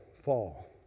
fall